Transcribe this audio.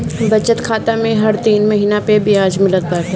बचत खाता में हर तीन महिना पअ बियाज मिलत बाटे